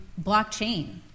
blockchain